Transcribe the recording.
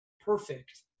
perfect